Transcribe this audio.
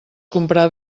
comprar